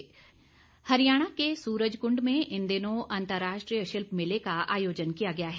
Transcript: सूरजकंड हरियाणा के सूरजकुंड में इन दिनों अंतर्राष्ट्रीय शिल्प मेले का आयोजन किया गया है